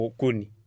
kuni